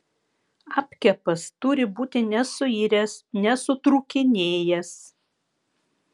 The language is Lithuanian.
apkepas turi būti nesuiręs nesutrūkinėjęs